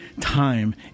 time